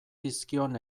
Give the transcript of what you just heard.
zizkion